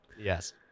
yes